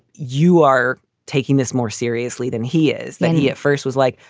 you are taking this more seriously than he is. then he at first was like,